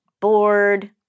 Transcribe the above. bored